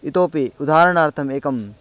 इतोपि उदाहरणार्थम् एकम्